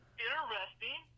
interesting